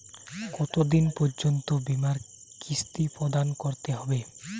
কতো দিন পর্যন্ত বিমার কিস্তি প্রদান করতে হবে?